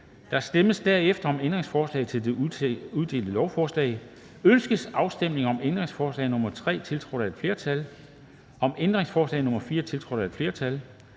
Der stemmes derefter om ændringsforslag til det udelte lovforslag. Ønskes afstemning om ændringsforslag nr. 3, tiltrådt af et flertal (S, SF, RV, EL og FG), om ændringsforslag nr. 4, tiltrådt af et flertal